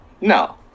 No